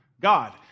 God